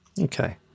okay